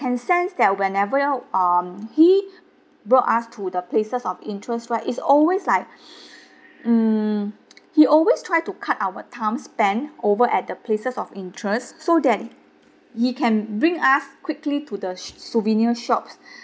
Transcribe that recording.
can sense that whenever um he brought us to the places of interest right is always like mm he always try to cut our time spent over at the places of interest so that he can bring us quickly to the s~ souvenir shops